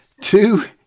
two